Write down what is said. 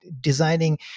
designing